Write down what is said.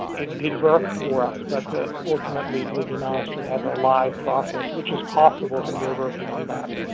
it did work for us, but ultimately it would be nice to have a live process, which is possible, and we are working on that.